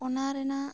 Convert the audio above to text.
ᱚᱱᱟ ᱨᱮᱱᱟᱜ